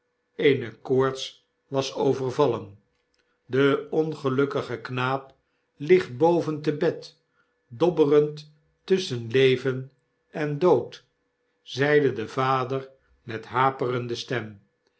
eene koorts was overvallen de ongelukkige knaap ligt boven te bed dobberend tnsschen leven en dood zeide de vader met haperende stem